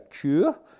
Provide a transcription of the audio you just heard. cure